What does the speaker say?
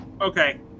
Okay